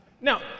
Now